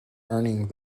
earning